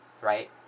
right